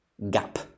gap